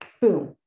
Boom